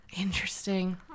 Interesting